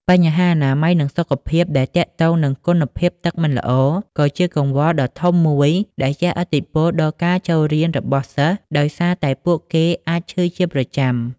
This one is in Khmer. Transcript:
បញ្ហាអនាម័យ និងសុខភាពដែលទាក់ទងនឹងគុណភាពទឹកមិនល្អ ក៏ជាកង្វល់ដ៏ធំមួយដែលជះឥទ្ធិពលដល់ការចូលរៀនរបស់សិស្ស ដោយសារតែពួកគេអាចឈឺជាប្រចាំ។